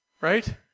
right